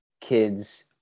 kids